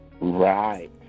Right